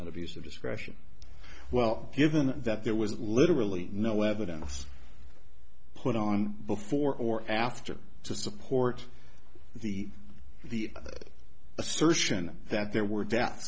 of discretion well given that there was literally no evidence put on before or after to support the the assertion that there were death